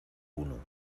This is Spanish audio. uno